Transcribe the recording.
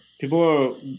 people